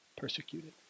persecuted